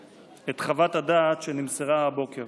את חוות הדעת שנמסרה הבוקר